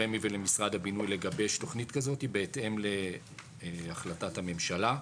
לרמ"י ולמשרד הבינוי לגבש תוכנית כזאת בהתאם להחלטת הממשלה.